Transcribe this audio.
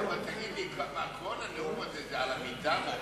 אבל תגיד לי, כל הנאום הזה זה על המיטה?